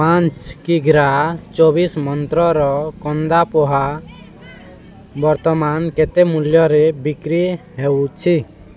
ପାଞ୍ଚ କିଗ୍ରା ଚବିଶି ମନ୍ତ୍ରର କନ୍ଦା ପୋହା ବର୍ତ୍ତମାନ କେତେ ମୂଲ୍ୟରେ ବିକ୍ରି ହେଉଛି